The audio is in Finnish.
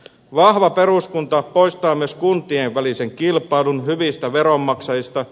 vahva peruskunta poistaa myös kuntien välisen kilpailun hyvistä veronmaksajista